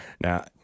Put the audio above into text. Now